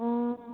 অঁ